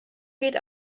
geht